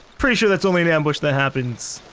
pretty sure thats only an ambush that happens.